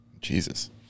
Jesus